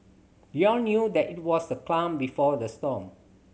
we all knew that it was the calm before the storm